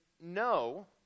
no